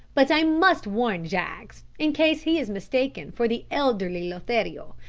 but i must warn jaggs, in case he is mistaken for the elderly lothario.